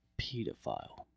Pedophile